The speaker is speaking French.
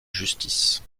justice